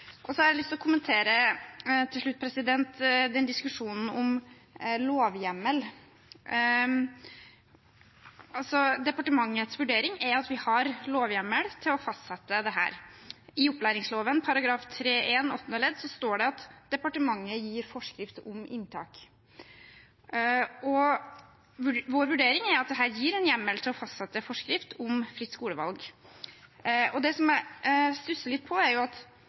Så har jeg til slutt lyst til å kommentere diskusjonen om lovhjemmel. Departementets vurdering er at vi har lovhjemmel til å fastsette dette. I opplæringsloven § 3-1 åttende ledd står det at «departementet gir forskrift om inntak», og vår vurdering er at dette gir en hjemmel til å fastsette forskrift om fritt skolevalg. Det jeg stusser litt over, er at hele bakgrunnen for dette representantforslaget er nettopp at